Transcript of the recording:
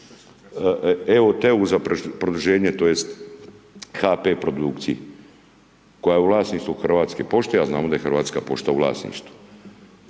evo-tv-u za produženje tj. HP produkciji koja je u vlasništvu Hrvatske pošte, a znamo da je Hrvatska pošta u vlasništvu.